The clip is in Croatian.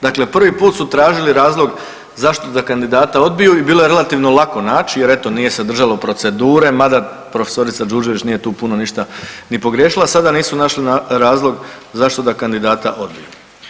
Dakle prvi put su tražili razlog zašto da kandidata odbiju i bilo je relativno lako naći, jer eto, nije se držalo procedure, mada profesorica Đurđević nije tu puno ništa ni pogriješila, sada nisu našli razlog zašto da kandidata odbiju.